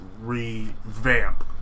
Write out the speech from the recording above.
revamp